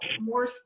more